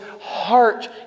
heart